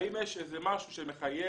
האם יש איזה משהו שמחייב?